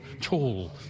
tall